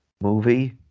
movie